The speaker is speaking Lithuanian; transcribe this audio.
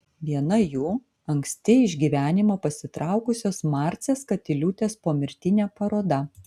viena jų anksti iš gyvenimo pasitraukusios marcės katiliūtės pomirtinė paroda